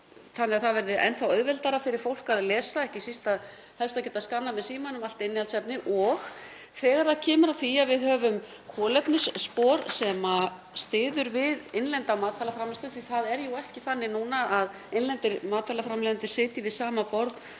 í að það verði enn þá auðveldara fyrir fólk að lesa, ekki síst að geta helst skannað með símanum allt innihaldsefni. Þegar kemur að því að við höfum kolefnisspor sem styður við innlenda matvælaframleiðslu, því að það er ekki þannig núna að innlendir matvælaframleiðendur sitji við sama borð